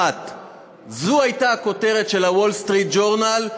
1. זאת הייתה הכותרת של ה"וול סטריט ג'ורנל"